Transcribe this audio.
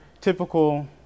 typical